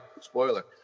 spoiler